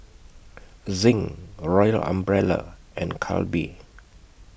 Zinc Royal Umbrella and Calbee